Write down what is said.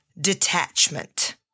detachment